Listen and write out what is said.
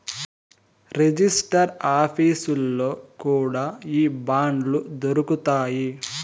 register ఆఫీసుల్లో కూడా ఈ బాండ్లు దొరుకుతాయి